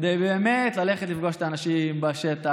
כדי באמת ללכת לפגוש את האנשים בשטח,